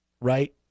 right